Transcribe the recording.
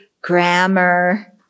grammar